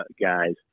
guys